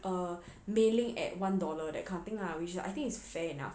err mei ling at one dollar that kind of thing lah which I think is fair enough